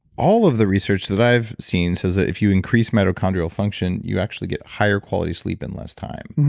all of the research that i've seen says that if you increase mitochondrial function, you actually get higher quality sleep in less time.